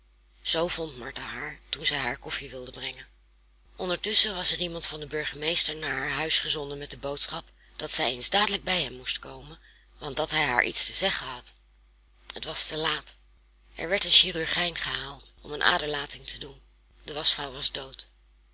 zoo vond martha haar toen zij haar koffie wilde brengen ondertusschen was er iemand van den burgemeester naar haar huis gezonden met de boodschap dat zij eens dadelijk bij hem moest komen want dat hij haar iets te zeggen had het was te laat er werd een chirurgijn gehaald om een aderlating te doen de waschvrouw was dood